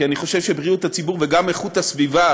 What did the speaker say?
כי אני חושב שבריאות הציבור וגם איכות הסביבה